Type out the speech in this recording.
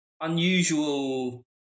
unusual